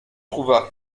trouva